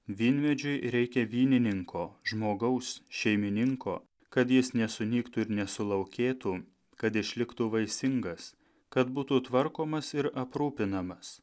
vynmedžiui reikia vynininko žmogaus šeimininko kad jis nesunyktų ir nesulaukėtų kad išliktų vaisingas kad būtų tvarkomas ir aprūpinamas